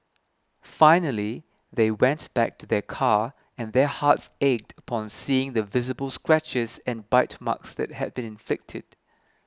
finally they went back to their car and their hearts ached upon seeing the visible scratches and bite marks that had been inflicted